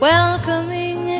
Welcoming